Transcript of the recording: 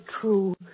true